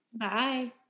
Bye